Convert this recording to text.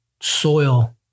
soil